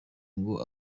ngo